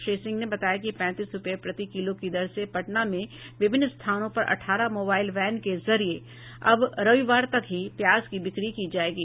श्री सिंह ने बताया कि पैंतीस रूपये प्रति किलो की दर से पटना में विभिन्न स्थानों पर अठारह मोबाइल वैन के जरिये अब रविवार तक ही प्याज की बिक्री की जायेगी